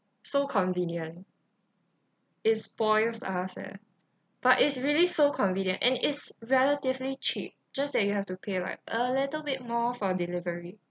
so convenient it spoils us leh but it's really so convenient and it's relatively cheap just that you have to pay like a little bit more for delivery